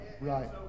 Right